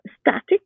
static